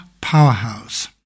powerhouse